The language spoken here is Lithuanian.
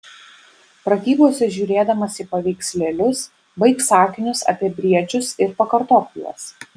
pratybose žiūrėdamas į paveikslėlius baik sakinius apie briedžius ir pakartok juos